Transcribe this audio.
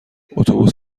اتوبوس